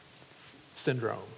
syndrome